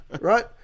right